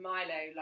Milo